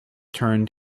turned